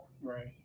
Right